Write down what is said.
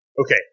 Okay